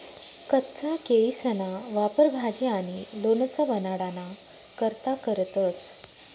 कच्चा केयीसना वापर भाजी आणि लोणचं बनाडाना करता करतंस